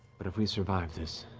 but if we survive this,